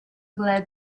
glad